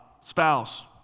spouse